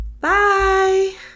Bye